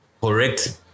correct